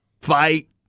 fight